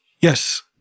Yes